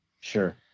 sure